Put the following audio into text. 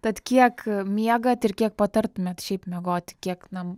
tad kiek miegat ir kiek patartumėt šiaip miegoti kiek na